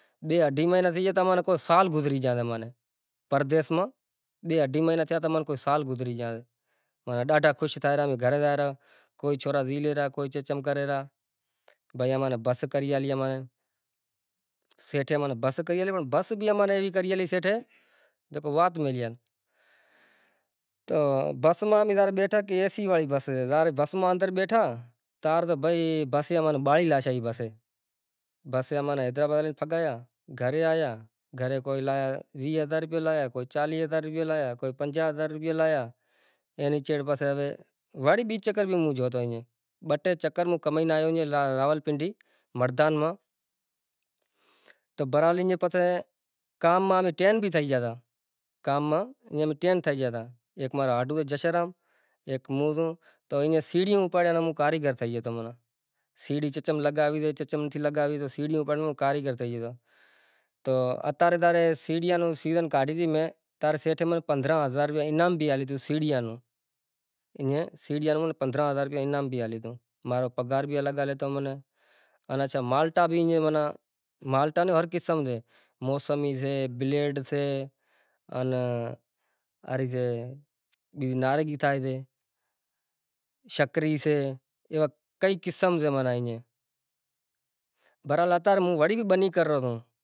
میڑا میں مطلب راماپیر را نوراتری، نوراتری رے ڈینہں بھی امیں شوٹی کراں اسکول ری شوٹی، مطلب ایوا بھی سوکرا زکو ورت راکھیں نوراتری را، ای نو ڈینہں بھی راکھی شگتا مطلب ڈیلی نی چھوٹی ہوئے مطلب ہوارے نوں ورت راکھے مطلب ہوارے نوں کوئی کھاتا پیتا نتھی پسے مطلب چانہیں فروٹ کھائے ورت کھولے پسے ماتا رے مندر ڈانس وغیرا کرے سے مطلب ورت وغیرا کھولے سے بھوجن وغیرہ کرے سے ائیں بیزوں تو آنپڑے ہومیں آوی سے مطلب جھڈو تھے گیو مچلب حیدرٓباد تھے گیو مطلب شہراں میں آوے سے ہوموں، تو بس ایئاں ناں پیشا ہالے بھوپا دھونڑیں بھی سیں،